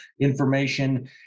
information